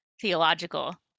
theological